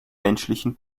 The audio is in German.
menschlichen